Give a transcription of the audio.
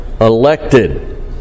elected